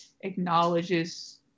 acknowledges